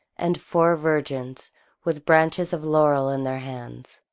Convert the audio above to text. and four virgins with branches of laurel in their hands.